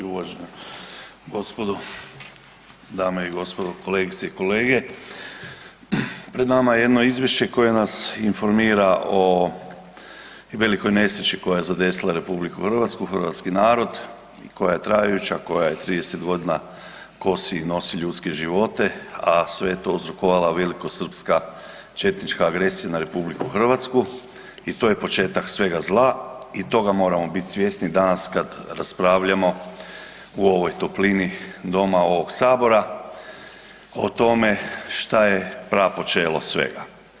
Uvažena gospodo, dame i gospodo, kolegice i kolege pred nama je jedno izvješće koje nas informira o velikoj nesreći koja je zadesila RH, hrvatski narod i koja je trajajuća koja i 30 godina kosi i nosi ljudske živote, a sve je to uzrokovala velikosrpska četnička agresija na RH i to je početak svega zla i toga moramo biti svjesni danas kad raspravljamo u ovoj toplini doma ovog sabora o tome šta je prapočelo svega.